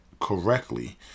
correctly